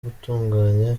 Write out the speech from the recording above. gutunganya